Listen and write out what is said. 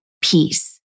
peace